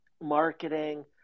marketing